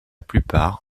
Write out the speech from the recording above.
plupart